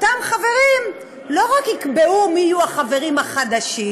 אותם חברים לא רק יקבעו מי יהיו החברים החדשים,